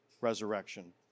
resurrection